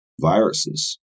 viruses